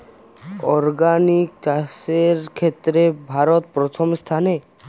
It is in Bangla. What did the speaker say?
অর্গানিক চাষের ক্ষেত্রে ভারত প্রথম স্থানে